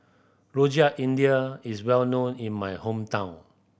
Rojak India is well known in my hometown